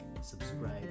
subscribe